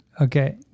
okay